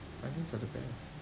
onions are the best